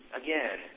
again